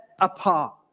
apart